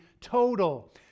total